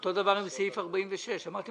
אותו דבר עם סעיף 46. אמרתי,